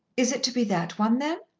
is it to be that one, then?